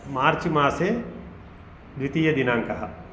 मार्च् मासे द्वितीयदिनाङ्कः